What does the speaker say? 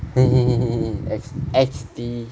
X D